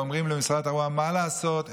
ואומרים לי במשרד התחבורה: מה לעשות,